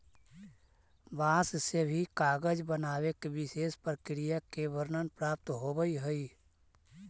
बाँस से भी कागज बनावे के विशेष प्रक्रिया के वर्णन प्राप्त होवऽ हई